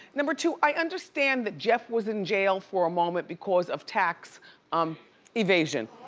number two, i understand that jeff was in jail for a moment because of tax um evasion.